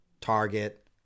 Target